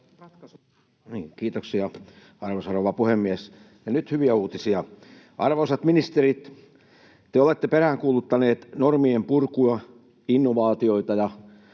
Kiitoksia, arvoisa rouva puhemies! Ja nyt hyviä uutisia. Arvoisat ministerit, te olette peräänkuuluttaneet normien purkua, innovaatioita ja